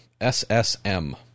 SSM